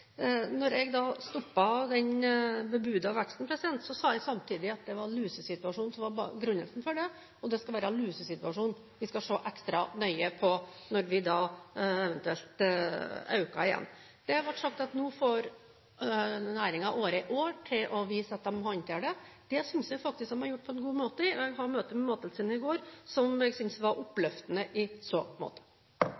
jeg stoppet den bebudede veksten, sa jeg samtidig at det var lusesituasjonen som var begrunnelsen for det, og det skal være lusesituasjonen vi skal se ekstra nøye på når vi eventuelt øker den igjen. Det har blitt sagt at nå får næringen dette året til å vise at den håndterer det. Det synes jeg faktisk de har gjort på en god måte. Jeg hadde møte med Mattilsynet i går, som jeg syntes var